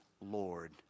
Lord